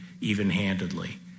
even-handedly